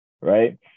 right